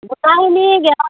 গোটাইখিনি